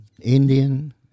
Indian